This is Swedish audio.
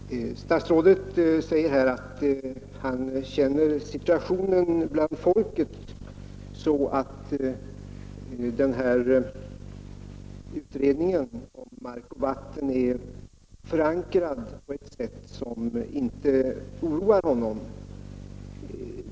Herr talman! Statsrådet säger här att han är insatt i situationen och vet att den här utredningen om Mark och vatten har sådan förankring hos svenska folket att den inte oroar honom.